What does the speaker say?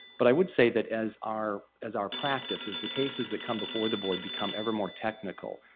but i would say that as our as our practice, as the cases that come before the board become ever more technical,